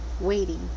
waiting